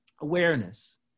awareness